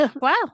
Wow